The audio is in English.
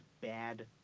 bad